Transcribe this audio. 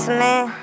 man